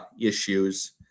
issues